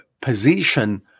position